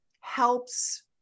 helps